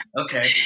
Okay